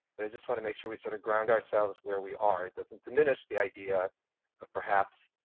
but i just wanna make sure we sort of ground ourselves where we are, it doesn't diminish the idea of perhaps